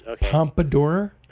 Pompadour